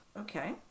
Okay